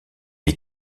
est